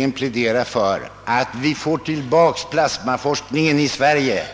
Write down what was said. energiskt plädera för att vi får tillbaka plasmaforskningen i Sverige.